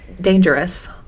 dangerous